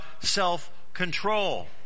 self-control